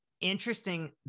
interesting